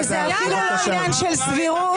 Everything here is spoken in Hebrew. -- שזה אפילו לא עניין של סבירות.